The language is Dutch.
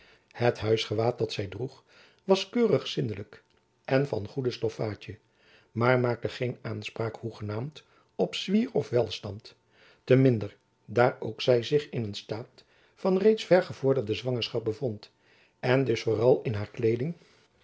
het huisgewaad dat zy droeg was keurig zindelijk en van goede stoffaadje maar maakte geen aanspraak hoegenaamd op zwier of welstand te minder daar ook zy zich in een staat van reeds ver gevorde zwangerschap bevond en dus vooral in haar kleeding